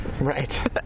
right